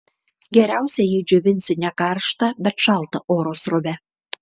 geriausia jei džiovinsi ne karšta bet šalta oro srove